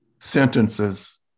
sentences